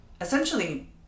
essentially